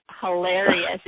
hilarious